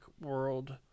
world